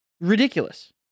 ridiculous